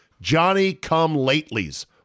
Johnny-come-latelys